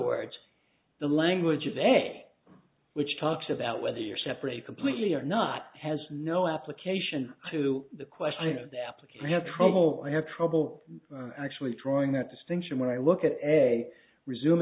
words the language of the day which talks about whether you're separate completely or not has no application to the question of the application have trouble i have trouble actually drawing that distinction when i look at a resume